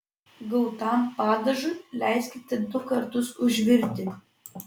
gautam padažui leiskite du kartus užvirti